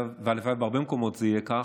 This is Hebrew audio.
והלוואי שבהרבה מקומות זה יהיה כך,